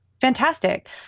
fantastic